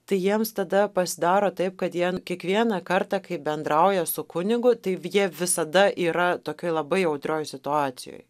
tai jiems tada pasidaro taip kad jiem kiekvieną kartą kai bendrauja su kunigu tai jie visada yra tokioj labai jautrioj situacijoj